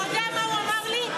אתה יודע מה הוא אמר לי?